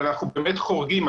אבל אנחנו באמת חורגים,